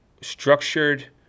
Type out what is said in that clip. Structured